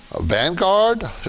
Vanguard